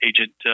agent